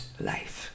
life